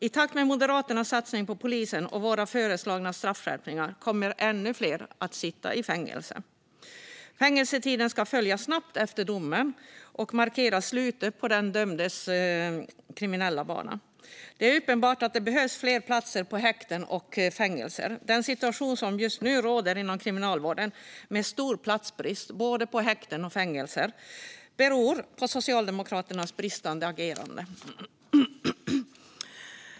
I takt med Moderaternas satsningar på polisen och våra föreslagna straffskärpningar kommer ännu fler att sitta i fängelse. Fängelsetiden ska följa snabbt efter domen och markera slutet på den dömdes kriminella bana. Det är uppenbart att det behövs fler platser på häkten och fängelser. Den situation som just nu råder inom Kriminalvården, med stor platsbrist på både häkten och fängelser, beror på Socialdemokraternas bristande agerande. Fru talman!